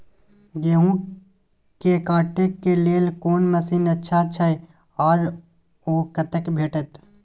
गेहूं के काटे के लेल कोन मसीन अच्छा छै आर ओ कतय भेटत?